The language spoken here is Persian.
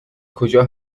کجا